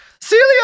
Celia